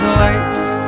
lights